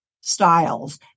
styles